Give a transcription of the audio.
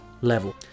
level